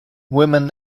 women